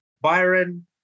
Byron